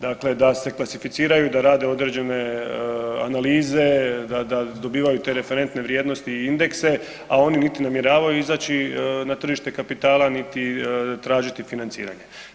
Dakle, da se klasificiraju, da rade određene analize, da dobivaju te referentne vrijednosti i indekse a oni niti namjeravaju izaći na tržište kapitala niti tražiti financiranje.